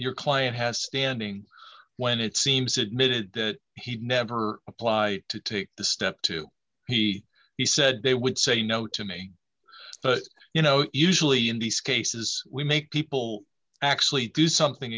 your client has standing when it seems admitted that he'd never apply to take the step to he he said they would say no to me but you know usually in these cases we make people actually do something